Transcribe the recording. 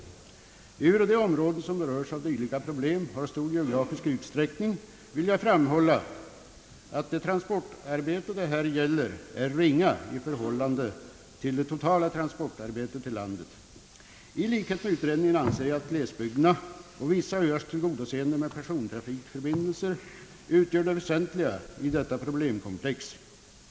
Ehuru de områden som berörs av dylika problem har stor geografisk utsträckning, vill jag framhålla att det transportarbete det här gäller är ringa i förhållande till det totala transportarbetet i landet. I likhet med utredningen anser jag att glesbygdernas och vissa Öars tillgodoseende med persontrafikförbindelser utgör det väsentliga i detia problemkomplex.